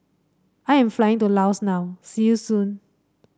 I am flying to Laos now see you soon